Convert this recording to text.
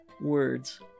words